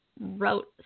wrote